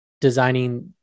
designing